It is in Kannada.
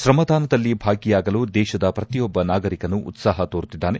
ತ್ರಮದಾನದಲ್ಲಿ ಭಾಗಿಯಾಗಲು ದೇಶದ ಪ್ರತಿಯೊಬ್ಬ ನಾಗರಿಕನು ಉತ್ಲಾಹ ತೋರುತ್ತಿದ್ದಾರೆ